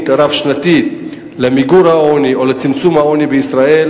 רב-שנתית למיגור העוני או לצמצום העוני בישראל,